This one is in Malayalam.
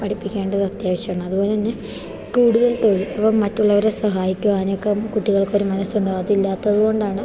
പഠിപ്പിക്കേണ്ടത് അത്യാവശ്യമാണ് അതുപോലെത്തന്നെ കൂടുതൽ തൊഴിൽ അപ്പം മറ്റുള്ളവരെ സഹായിക്കുവാനൊക്കെ കുട്ടികൾക്കൊരു മനസ്സുണ്ടാവുക അതില്ലാത്തത് കൊണ്ടാണ്